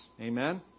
Amen